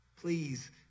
please